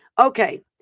okay